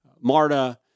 MARTA